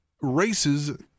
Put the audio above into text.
races